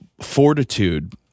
fortitude